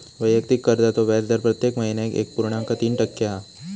वैयक्तिक कर्जाचो व्याजदर प्रत्येक महिन्याक एक पुर्णांक तीन टक्के हा